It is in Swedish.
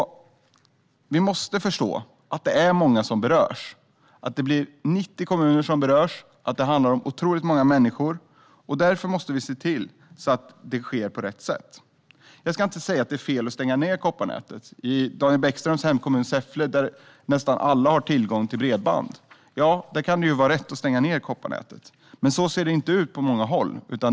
Vi måste förstå att det är många som berörs - 90 kommuner. Det handlar om otroligt många människor, och därför måste vi se till att det sker på rätt sätt. Jag ska inte säga att det är fel att stänga ned kopparnätet. I Daniel Bäckströms hemkommun Säffle, där nästan alla har tillgång till bredband, kan det vara rätt att stänga ned kopparnätet, men så ser det inte ut på många håll.